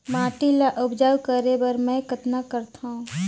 माटी ल उपजाऊ करे बर मै कतना करथव?